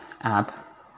app